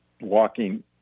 walking